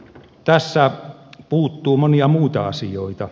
tästä puuttuu monia muita asioita